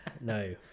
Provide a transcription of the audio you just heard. no